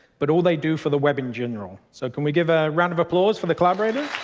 but all they do for the web in general. so can we give ah around of applause for the collaborators?